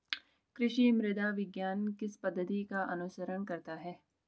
कृषि मृदा विज्ञान किस पद्धति का अनुसरण करता है?